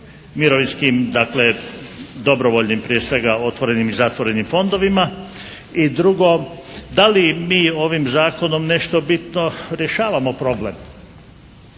mirovinskim dakle dobrovoljnim, prije svega otvorenim i zatvorenim fondovima. I drugo, da li mi ovim zakonom nešto bitno rješavamo problem.